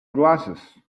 glasses